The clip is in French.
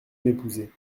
m’épouser